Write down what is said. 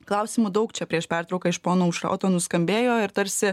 klausimų daug čia prieš pertrauką iš pono aušroto nuskambėjo ir tarsi